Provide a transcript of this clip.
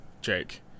Jake